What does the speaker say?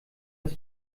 das